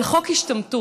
על חוק השתמטות,